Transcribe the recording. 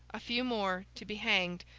a few more to be hanged,